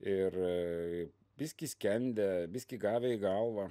ir biskį skendę biskį gavę į galvą